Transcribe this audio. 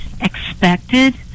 expected